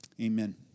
Amen